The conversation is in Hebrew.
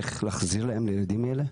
צריך להחזיר להם לילדים האלה?